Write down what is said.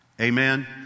Amen